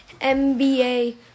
NBA